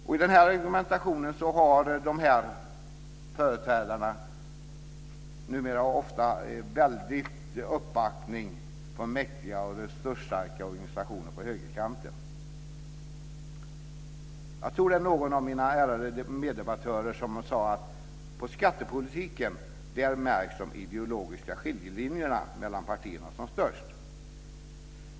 Med denna argumentation har dessa företrädare numera en väldig uppbackning från mäktiga och resursstarka organisationer på högerkanten. Jag tror att det var någon av mina ärade meddebattörer som sade att i skattepolitiken märks de ideologiska skiljelinjerna mellan partierna som mest.